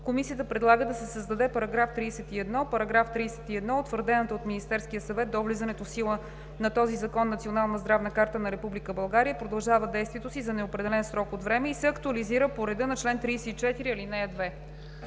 Комисията предлага да се създаде § 31: „§ 31. Утвърдената от Министерския съвет до влизането в сила на този закон Национална здравна карта на Република България продължава действието си за неопределен срок от време и се актуализира по реда на чл. 34, ал. 2.“